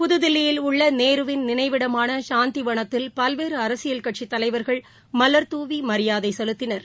புதுதில்லியில் உள்ளநேருவின் நினைவிடமானசாந்திவனத்தில் பல்வேறுஅரசியல் கட்சித் தலைவர்கள் மலர் தூவிமரியாதைசெலுத்தினர்